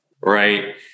right